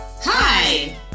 Hi